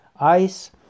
ice